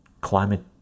climate